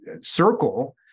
circle